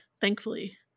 thankfully